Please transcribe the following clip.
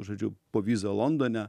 žodžiu povyza londone